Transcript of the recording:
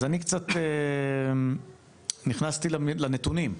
אז אני קצת נכנסתי לנתונים.